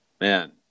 Man